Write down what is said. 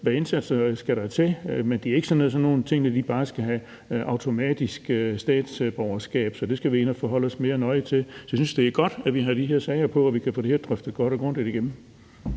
Hvilke indsatser skal der til? Men det er ikke sådan, at man bare skal have automatisk statsborgerskab. Det skal vi ind og forholde os mere nøje til. Jeg synes, at det er godt, at vi har de her sager oppe, og at vi kan få drøftet det her godt og grundigt igennem.